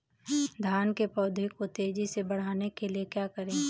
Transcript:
धान के पौधे को तेजी से बढ़ाने के लिए क्या करें?